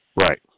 Right